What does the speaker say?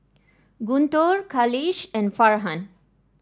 Guntur Khalish and Farhan